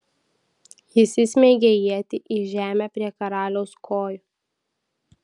jis įsmeigia ietį į žemę prie karaliaus kojų